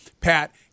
Pat